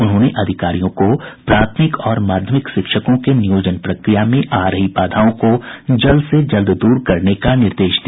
उन्होंने अधिकारियों को प्राथमिक और माध्यमिक शिक्षकों के नियोजन प्रक्रिया में आ रही बाधाओं को जल्द से जल्द दूर करने का निर्देश दिया